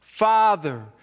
Father